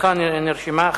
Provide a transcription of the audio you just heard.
מחאתך נרשמה.